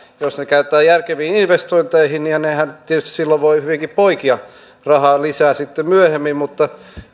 ne käytetään järkeviin investointeihin niin nehän tietysti silloin voivat hyvinkin poikia rahaa lisää sitten myöhemmin mutta